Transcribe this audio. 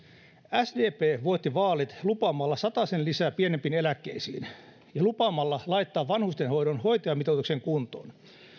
sdp voitti vaalit lupaamalla satasen lisää pienimpiin eläkkeisiin ja lupaamalla laittaa vanhustenhoidon hoitajamitoituksen kuntoon